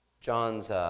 John's